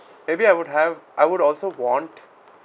maybe I would have I would also want